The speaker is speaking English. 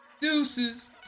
Deuces